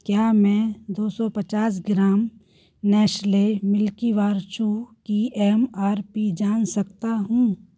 क्या मैं दो सौ पचास ग्राम नैश्ले मिल्कीबार चू की एम आर पी जान सकता हूँ